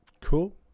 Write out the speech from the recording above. cool